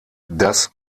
das